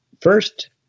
first